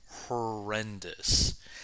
horrendous